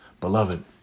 Beloved